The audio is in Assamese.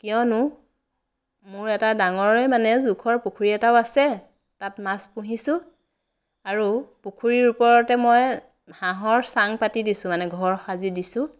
কিয়নো মোৰ এটা ডাঙৰেই মানে জোখৰ পুখুৰী এটাও আছে তাত মাছ পুহিছোঁ আৰু পুখুৰীৰ ওপৰতে মই হাঁহৰ চাং পাতি দিছোঁ মানে ঘৰ সাজি দিছোঁ